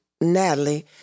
Natalie